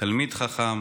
תלמיד חכם